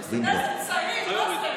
יא צעיר.